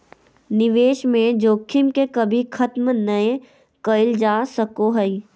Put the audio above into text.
निवेश में जोखिम के कभी खत्म नय कइल जा सको हइ